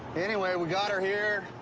anyway, we got her here.